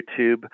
YouTube